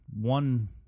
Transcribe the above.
one